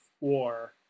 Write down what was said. war